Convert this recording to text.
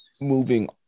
moving